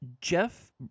Jeff